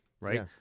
Right